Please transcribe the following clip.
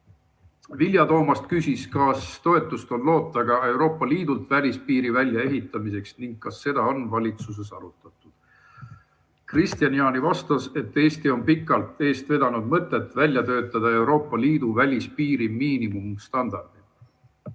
Vilja Toomast küsis, kas toetust on loota ka Euroopa Liidult välispiiri väljaehitamiseks ning kas seda on valitsuses arutatud. Kristian Jaani vastas, et Eesti on pikalt eest vedanud mõtet välja töötada Euroopa Liidu välispiiri miinimumstandard.